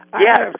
Yes